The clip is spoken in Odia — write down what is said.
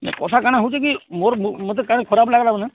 ନା କଥା କାଣା ହେଉଛି କି ମୋର ମୋତେ କାଣା ଖରାପ ଲାଗ୍ଲା ନା